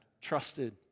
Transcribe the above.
trusted